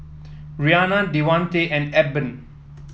Rianna Devante and Eben